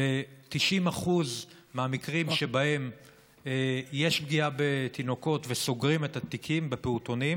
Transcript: ב-90% מהמקרים שבהם יש פגיעה בתינוקות וסוגרים את התיקים בפעוטונים,